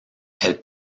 elle